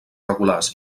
regulars